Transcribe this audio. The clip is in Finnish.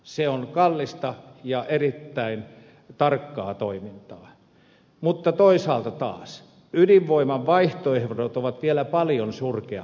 se on kallista ja erittäin tarkkaa toimintaa mutta toisaalta taas ydinvoiman vaihtoehdot ovat vielä paljon surkeampia